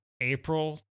April